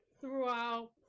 throughout